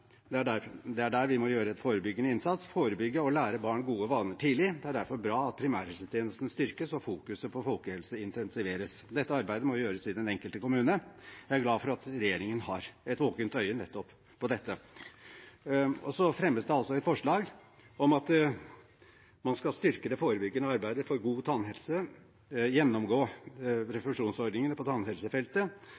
Det er der vi må gjøre en forebyggende innsats – forebygge og lære barn gode vaner tidlig. Det er derfor bra at primærhelsetjenesten styrkes og fokuseringen på folkehelse intensiveres. Dette arbeidet må gjøres i den enkelte kommune. Jeg er glad for at regjeringen har et våkent øye nettopp på dette. Så fremmes det altså forslag om at man skal styrke det forebyggende arbeidet for god tannhelse, gjennomgå